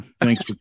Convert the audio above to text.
thanks